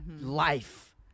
life